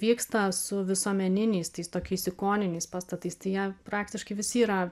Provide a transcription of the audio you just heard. vyksta su visuomeniniais tais tokiais ikoniniais pastatais tai jie praktiškai visi yra